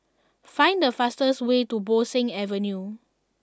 find the fastest way to Bo Seng Avenue